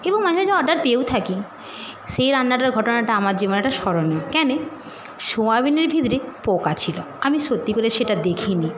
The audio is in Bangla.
এবং মাঝে মাঝে অর্ডার পেয়েও থাকি সেই রান্নাটার ঘটনাটা আমার জীবনে একটা স্মরণীয় কেনে সোয়াবিনের ভিতরে পোকা ছিলো আমি সত্যি করে সেটা দেখিনি